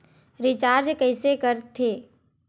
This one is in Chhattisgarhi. रिचार्ज कइसे कर थे?